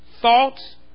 Thoughts